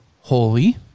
holy